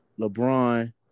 LeBron